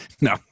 No